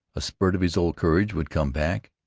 a spurt of his old courage would come back.